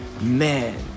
Man